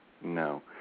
no